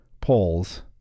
polls